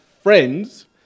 friends